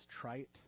trite